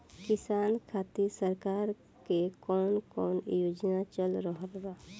किसान खातिर सरकार क कवन कवन योजना चल रहल बा?